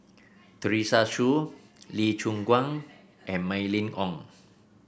Teresa Hsu Lee Choon Guan and Mylene Ong